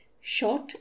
short